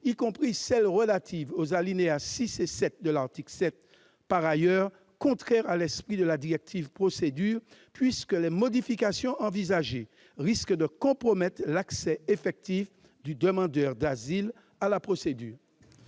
de même que les alinéas 6 et 7 de l'article 7, par ailleurs contraires à l'esprit de la directive Procédures, puisque les modifications envisagées risquent de compromettre l'accès effectif du demandeur d'asile à la procédure.